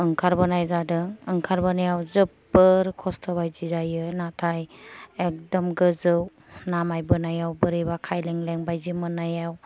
ओंखारबोनाय जादों ओंखारबोनायाव जोबोर खस्थ' बायदि जायो नाथाय एकदम गोजौ नामायबोनायाव बोरैबा खायलेंलें बायजि मोननायाव